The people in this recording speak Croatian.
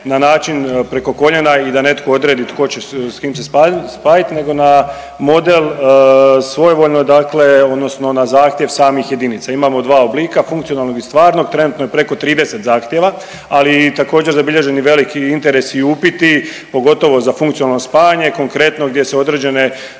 na način preko koljena i da netko odredi tko će se s kim spajati nego na model svojevoljno dakle odnosno na zahtjev samih jedinica. Imamo dva oblika funkcionalnog i stvarnog, trenutno je preko 30 zahtjeva, ali također zabilježen je i veliki interes i upiti, pogotovo za funkcionalno spajanje, konkretno gdje se određene